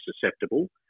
susceptible